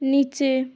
নিচে